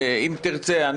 אם תרצה,